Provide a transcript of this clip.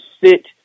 sit